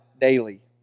daily